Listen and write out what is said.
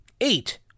eight